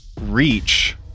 reach